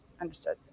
Understood